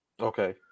Okay